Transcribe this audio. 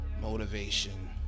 motivation